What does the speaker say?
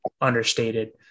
understated